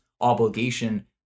obligation